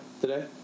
today